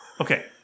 Okay